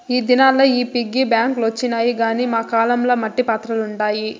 ఈ దినాల్ల ఈ పిగ్గీ బాంక్ లొచ్చినాయి గానీ మా కాలం ల మట్టి పాత్రలుండాయి